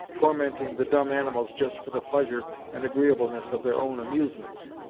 tormenting the dumb animals just for the pleasure and agreeableness of their own amusements.